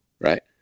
right